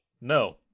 No